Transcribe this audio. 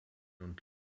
und